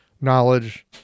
knowledge